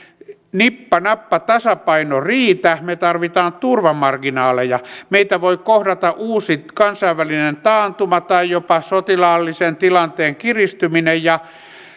nippa nappa tasapaino riitä me tarvitsemme turvamarginaaleja meitä voi kohdata uusi kansainvälinen taantuma tai jopa sotilaallisen tilanteen kiristyminen ja